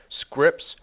scripts